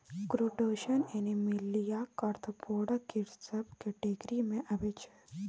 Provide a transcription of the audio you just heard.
crustacean एनीमिलियाक arthropoda केर सब केटेगिरी मे अबै छै